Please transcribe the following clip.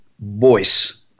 voice